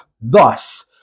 thus